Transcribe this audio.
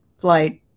flight